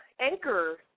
anchor